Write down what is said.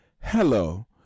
hello